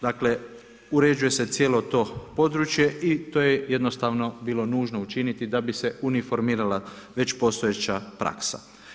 Dakle, uređuje se cijelo to područje i to je jednostavno bilo nužno učiniti da bi se uniformirala već postojeća praksa.